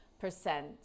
percent